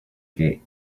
gate